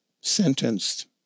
sentenced